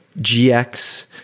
GX